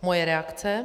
Moje reakce.